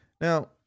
Now